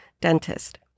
dentist